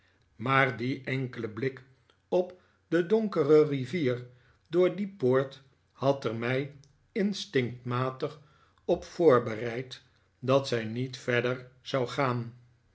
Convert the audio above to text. maar die enkele blik op de donkere rivier door die poort had er mij instinctmatig op voorbereid dat zij niet verder zou gaan